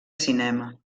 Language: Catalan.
cinema